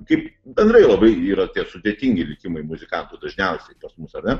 taip bendrai labai yra tie sudėtingi likimai muzikantų dažniausiai pas mus ar ne